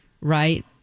right